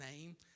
name